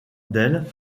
del